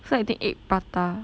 feel like eating egg prata